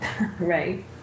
Right